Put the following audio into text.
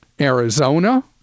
arizona